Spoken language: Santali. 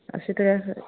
ᱟᱥᱤ ᱴᱟᱠᱟ